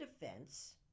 defense